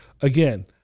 Again